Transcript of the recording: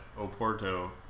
Oporto